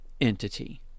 entity